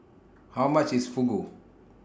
How much IS Fugu